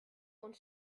und